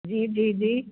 जी जी जी